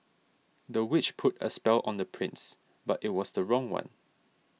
the witch put a spell on the prince but it was the wrong one